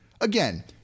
Again